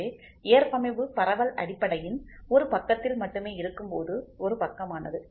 எனவே ஏற்பமைவு பரவல் அடிப்படையின் ஒரு பக்கத்தில் மட்டுமே இருக்கும்போது ஒரு பக்கமானது